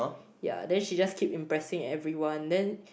ya then she just keep impressing everyone then